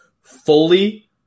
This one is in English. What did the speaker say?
fully